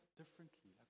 differently